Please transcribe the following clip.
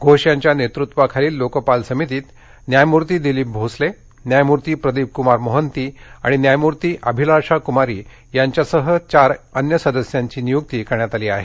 घोष यांच्या नेतृत्वाखालील लोकपाल समितीत न्यायमूर्ती दिलीप भोसले न्यायमूर्ती प्रदीपक्मार मोहन्ती आणि न्यायमूर्ती अभिलाषाक्मारी यांच्यासह चार इतर सदस्यांची नियुक्ती करण्यात आली आहे